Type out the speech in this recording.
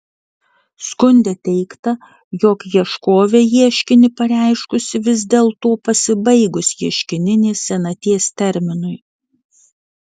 skunde teigta jog ieškovė ieškinį pareiškusi vis dėlto pasibaigus ieškininės senaties terminui